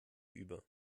über